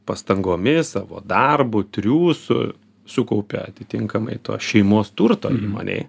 pastangomis savo darbu triūsu sukaupia atitinkamai tos šeimos turto įmonėj